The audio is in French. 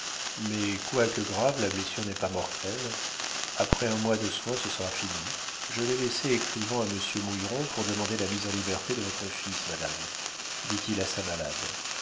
mais quoique grave la blessure n'est pas mortelle après un mois de soins ce sera fini je l'ai laissé écrivant à monsieur mouilleron pour demander la mise en liberté de votre fils madame dit-il à sa malade